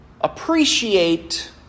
appreciate